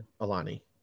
Alani